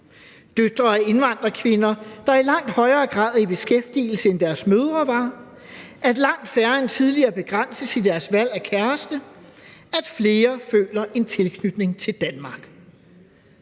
døtre af indvandrerkvinder, der i langt højere grad er i beskæftigelse, end deres mødre var, at langt færre end tidligere begrænses i deres valg af kæreste, at flere føler en tilknytning til Danmark.